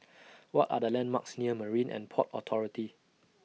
What Are The landmarks near Marine and Port Authority